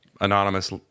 anonymous